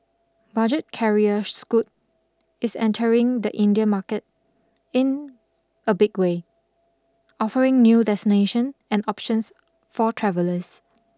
budget carrier Scoot is entering the Indian market in a big way offering new destination and options for travellers